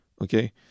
Okay